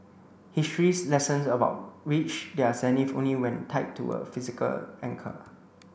history's lessons about reach their zenith only when tied to a physical anchor